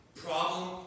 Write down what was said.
problem